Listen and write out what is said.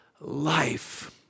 life